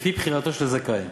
לפי בחירתו של הזכאי,